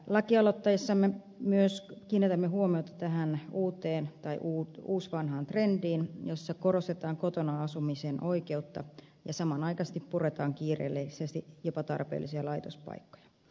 lakialoitteessamme myös kiinnitämme huomiota tähän uuteen tai uusvanhaan trendiin jossa korostetaan kotona asumisen oikeutta ja samanaikaisesti puretaan kiireellisesti jopa tarpeellisia laitospaikkoja